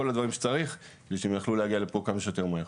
כל הדברים שצריך כדי שהם יוכלו להגיע לפה כמה שיותר מהר.